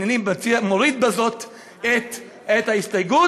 הנני מוריד בזאת את ההסתייגות,